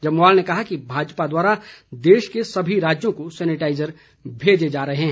जम्वाल ने कहा कि भाजपा द्वारा देश के सभी राज्यों को सैनिटाईजर भेजे जा रहे हैं